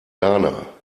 ghana